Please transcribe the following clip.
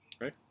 right